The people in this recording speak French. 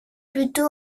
plutôt